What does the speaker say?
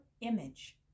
image